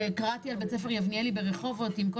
קראתי על בית ספר יבניאלי ברחובות עם כל